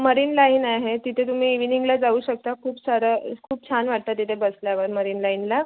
marine Line आहे तिथे तुम्ही इव्हीनिंगला जाऊ शकता खूप सारं खूप छान वाटतं तिथे बसल्यावर मरीन लाईनला